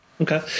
Okay